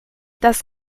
das